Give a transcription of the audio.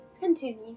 Continue